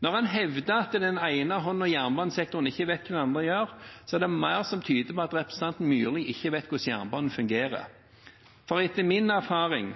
Når en hevder at den ene hånden i jernbanesektoren ikke vet hva den andre gjør, er det mer som tyder på at representanten Myrli ikke vet hvordan jernbanen fungerer. For etter min erfaring